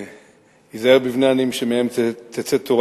היזהר בבני עניים שמהם תצא תורה,